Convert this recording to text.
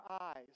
eyes